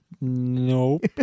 Nope